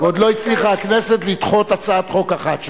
עוד לא הצליחה הכנסת לדחות הצעת חוק אחת שלך.